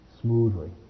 smoothly